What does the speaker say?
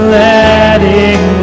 letting